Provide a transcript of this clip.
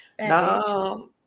No